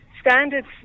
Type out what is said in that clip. standards